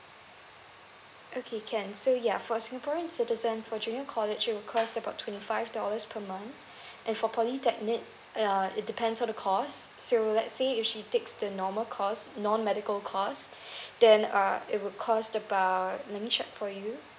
okay can so ya for singaporean citizen for junior college it'll cost about twenty five dollars per month and for polytechnic uh it depends on the cost so let's say if she takes the normal course non medical course then uh it will cost about let me check for you